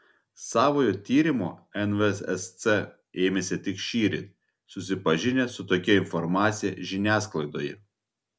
savojo tyrimo nvsc ėmėsi tik šįryt susipažinę su tokia informacija žiniasklaidoje